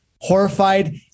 horrified